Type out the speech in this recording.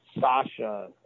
Sasha